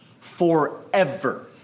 forever